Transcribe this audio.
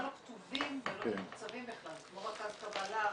לא כתובים ולא מתוקצבים בכלל כמו רכז קבלה,